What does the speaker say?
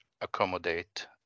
accommodate